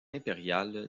impériale